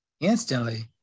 instantly